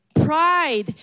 pride